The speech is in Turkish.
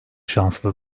şanslı